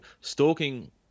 stalking